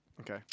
Okay